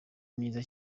myiza